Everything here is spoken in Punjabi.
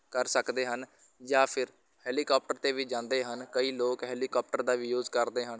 ਕਰ ਸਕਦੇ ਹਨ ਜਾਂ ਫਿਰ ਹੈਲੀਕੋਪਟਰ 'ਤੇ ਵੀ ਜਾਂਦੇ ਹਨ ਕਈ ਲੋਕ ਹੈਲੀਕੋਪਟਰ ਦਾ ਵੀ ਯੂਜ਼ ਕਰਦੇ ਹਨ